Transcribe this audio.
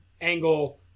angle